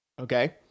Okay